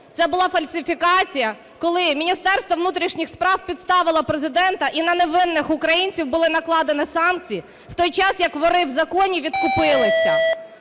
це була фальсифікація, коли Міністерство внутрішніх справ підставило Президента і на невинних українців були накладені санкції, в той час як "вори в законі" відкупилися.